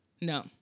No